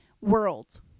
world